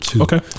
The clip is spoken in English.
Okay